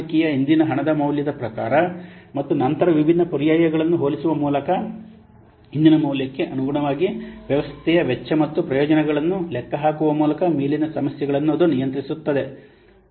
ಹೂಡಿಕೆಯ ಇಂದಿನ ಹಣದ ಮೌಲ್ಯದ ಪ್ರಕಾರ ಮತ್ತು ನಂತರ ವಿಭಿನ್ನ ಪರ್ಯಾಯಗಳನ್ನು ಹೋಲಿಸುವ ಮೂಲಕ ಇಂದಿನ ಮೌಲ್ಯಕ್ಕೆ ಅನುಗುಣವಾಗಿ ವ್ಯವಸ್ಥೆಯ ವೆಚ್ಚ ಮತ್ತು ಪ್ರಯೋಜನಗಳನ್ನು ಲೆಕ್ಕಹಾಕುವ ಮೂಲಕ ಮೇಲಿನ ಸಮಸ್ಯೆಗಳನ್ನು ಅದು ನಿಯಂತ್ರಿಸುತ್ತದೆ